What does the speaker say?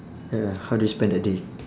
ya how do you spend that day